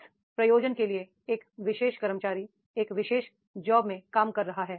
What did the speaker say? किस प्रयोजन के लिए एक विशेष कर्मचारी उस विशेष जॉब में काम कर रहा है